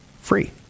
free